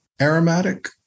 aromatic